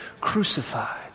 crucified